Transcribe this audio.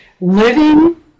living